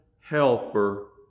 helper